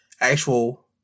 actual